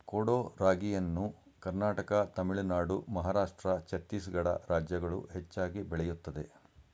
ಕೊಡೋ ರಾಗಿಯನ್ನು ಕರ್ನಾಟಕ ತಮಿಳುನಾಡು ಮಹಾರಾಷ್ಟ್ರ ಛತ್ತೀಸ್ಗಡ ರಾಜ್ಯಗಳು ಹೆಚ್ಚಾಗಿ ಬೆಳೆಯುತ್ತದೆ